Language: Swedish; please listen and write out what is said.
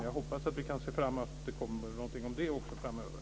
Jag hoppas att vi kan se fram emot någonting också om det framöver.